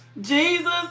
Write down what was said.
Jesus